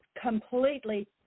completely